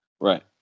Right